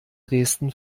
dresden